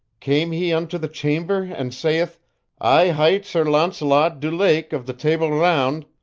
came he unto the chamber and saith, i hight sir launcelot du lake of the table round,